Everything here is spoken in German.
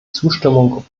zustimmung